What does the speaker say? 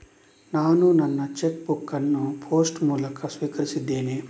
ನಾನು ನನ್ನ cheque book ಅನ್ನು ಪೋಸ್ಟ್ ಮೂಲಕ ಸ್ವೀಕರಿಸಿದ್ದೇನೆ